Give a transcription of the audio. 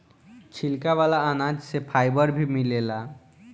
छिलका वाला अनाज से फाइबर भी मिलेला